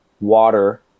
water